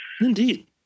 Indeed